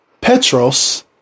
Petros